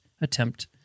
attempt